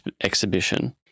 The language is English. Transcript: exhibition